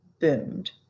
boomed